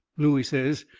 looey says,